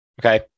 okay